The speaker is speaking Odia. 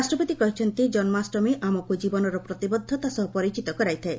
ରାଷ୍ଟ୍ରପତି କହିଛନ୍ତି ଜନ୍କାଷ୍ଟମୀ ଆମକୁ ଜୀବନର ପ୍ରତିବଦ୍ଧତା ସହ ପରିଚିତ କରାଇଥାଏ